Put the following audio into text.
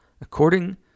According